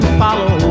follow